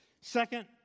Second